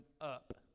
up